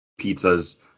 pizzas